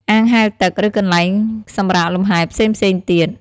អាងហែលទឹក ឬកន្លែងសម្រាកលំហែផ្សេងៗទៀត។